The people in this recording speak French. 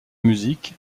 musique